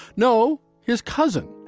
no. his cousin,